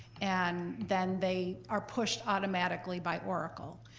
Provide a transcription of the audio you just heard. and then they are pushed automatically by oracle.